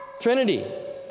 trinity